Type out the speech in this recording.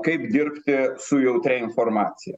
kaip dirbti su jautria informacija